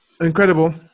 incredible